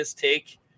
take